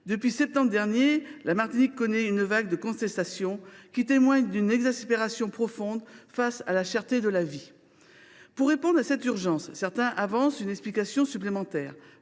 Depuis septembre dernier, la Martinique connaît une vague de contestation qui témoigne d’une exaspération profonde face à la cherté de la vie. Pour répondre à cette urgence, certains avancent une explication supplémentaire